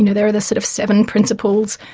and there are the sort of seven principles,